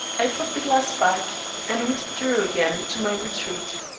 i put the glass back and withdrew again to my retreat.